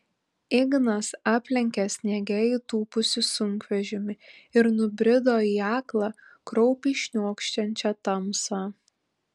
ignas aplenkė sniege įtūpusį sunkvežimį ir nubrido į aklą kraupiai šniokščiančią tamsą